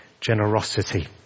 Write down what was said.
generosity